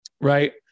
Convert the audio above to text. right